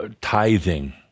tithing